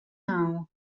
now